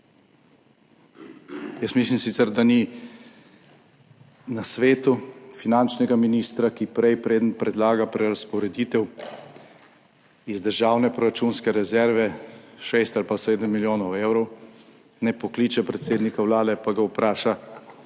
Jaz mislim sicer, da ni na svetu finančnega ministra, ki prej, preden predlaga prerazporeditev iz državne proračunske rezerve 6 ali pa 7 milijonov evrov, ne pokliče predsednika Vlade pa ga vpraša,